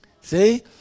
See